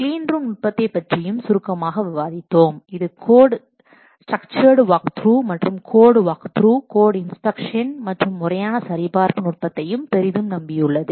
clean room நுட்பத்தைப் பற்றியும் சுருக்கமாக விவாதித்தோம் இது கோட் ஸ்ட்ரக்சர்டூ வாக்த்ரூ மற்றும் கோட் வாக்த்ரூ கோடு இன்ஸ்பெக்ஷன் மற்றும் முறையான சரிபார்ப்பு நுட்பத்தையும் பெரிதும் நம்பியுள்ளது